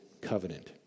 covenant